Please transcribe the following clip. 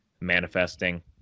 manifesting